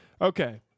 Okay